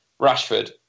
Rashford